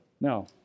No